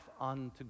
unto